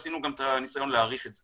עשינו גם את הניסיון להעריך את זה